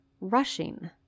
rushing